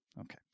Okay